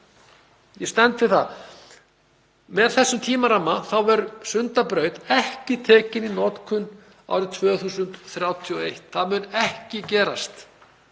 ég stend við það, að með þessum tímaramma þá verður Sundabraut ekki tekin í notkun árið 2031. Það mun ekki gerast